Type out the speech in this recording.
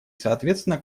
соответственно